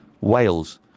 Wales